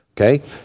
Okay